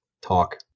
talk